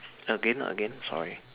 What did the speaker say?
again again sorry